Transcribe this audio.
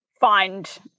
find